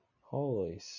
Holy